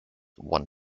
one